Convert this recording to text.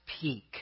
peak